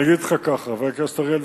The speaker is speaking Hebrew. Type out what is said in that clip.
חבר הכנסת אריאל,